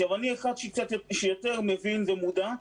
אני יותר מבין ומודע,